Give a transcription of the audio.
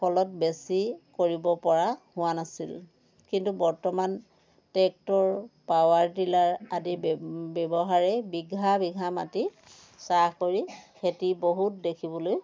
ফলত বেছি কৰিব পৰা হোৱা নাছিল কিন্তু বৰ্তমান ট্ৰেক্টৰ পাৱাৰ টিলাৰ আদি ব্য় ব্যৱহাৰেই বিঘা বিঘা মাটি চাহ কৰি খেতি বহুত দেখিবলৈ